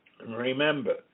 Remember